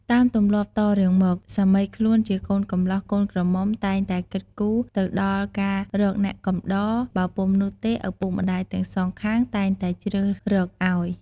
តាមទម្លាប់តរៀងមក សាមីខ្លួនជាកូនកម្លោះកូនក្រមុំតែងតែគិតគូរទៅដល់ការរកអ្នកកំដរ បើពុំនោះទេឪពុកម្តាយទាំងសងខាងតែងតែជ្រើសរកឱ្យ។